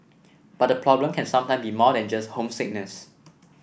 but the problem can sometime be more than just homesickness